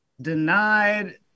denied